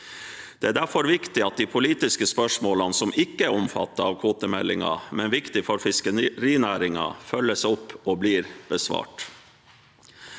Det er derfor viktig at de politiske spørsmålene som ikke er omfattet av kvotemeldingen, men som er viktig for fiskerinæringen, følges opp og blir besvart